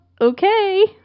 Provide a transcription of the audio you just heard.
okay